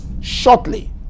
shortly